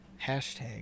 Hashtag